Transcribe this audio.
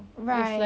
right